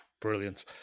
Brilliant